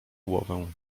głowę